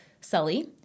Sully